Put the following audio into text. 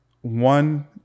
one